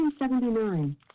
1979